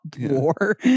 war